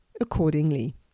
accordingly